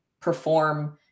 perform